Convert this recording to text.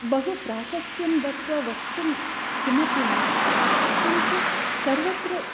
बहु प्राशस्त्यं दत्त्वा वक्तुं किमपि नास्ति किन्तु सर्वत्र